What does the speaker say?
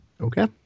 Okay